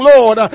Lord